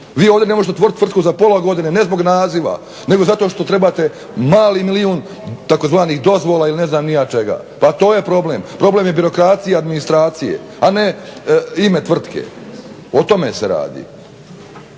Vi ovdje ne možete otvoriti tvrtku za pola godine, ne zbog naziva, nego zato što trebate mali milijun tzv. dozvola ili ne znam ni ja čega. Pa to je problem. Problem je birokracija administracije a ne ime tvrtke. O tome se radi.